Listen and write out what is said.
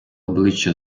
обличчя